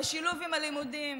בשילוב עם הלימודים.